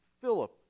Philip